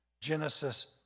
Genesis